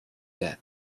death